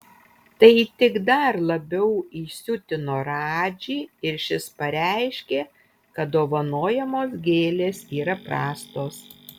tai tik dar labiau įsiutino radžį ir šis pareiškė kad dovanojamos gėlės yra prastos